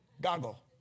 Goggle